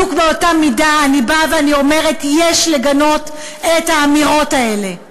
בדיוק באותה מידה אני באה ואני אומרת: יש לגנות את האמירות האלה.